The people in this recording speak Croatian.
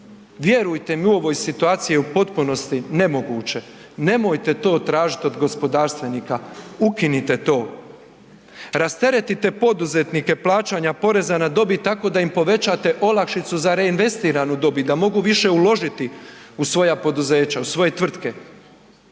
vjerujte mi u ovoj situaciji je u potpunosti nemoguće, nemojte to tražiti od gospodarstvenika, ukinite to. Rasteretite poduzetnike plaćanja poreza na dobit tako da im povećate olakšicu za reinvestiranu dobit, da mogu više uložiti u svoja poduzeća